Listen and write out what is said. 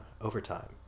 overtime